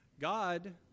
God